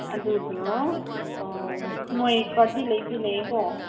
ꯑꯗꯨꯒ ꯅꯣꯏ ꯀꯥꯔꯗꯇꯤ ꯂꯩꯗꯤ ꯂꯩꯌꯦꯀꯣ